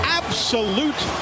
absolute